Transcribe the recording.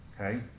okay